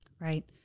right